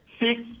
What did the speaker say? six